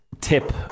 tip